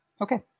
Okay